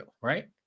right